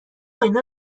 اینها